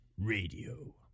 Radio